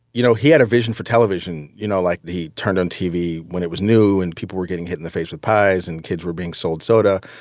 you know, he had a vision for television. you know, like, he turned on tv when it was new, and people were getting hit in the face with pies, and kids were being sold soda.